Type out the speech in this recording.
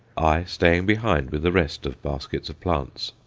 i staying behind with the rest of baskets of plants.